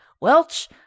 Welch